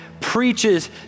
Preaches